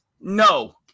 No